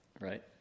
right